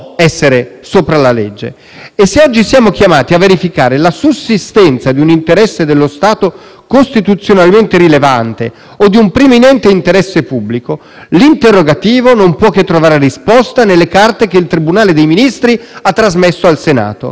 costituzionalmente rilevante o di un preminente interesse pubblico, l'interrogativo non può che trovare risposta nelle carte che il tribunale dei Ministri ha trasmesso al Senato e nella relazione che il tribunale dei Ministri di Catania ha inviato al Senato sul caso Diciotti si legge: